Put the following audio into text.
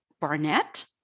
Barnett